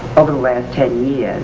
over the last ten years